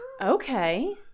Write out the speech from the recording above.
Okay